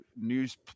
news